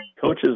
coaches